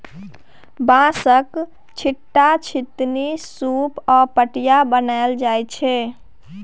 बाँसक, छीट्टा, छितनी, सुप आ पटिया बनाएल जाइ छै